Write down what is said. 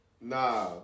Nah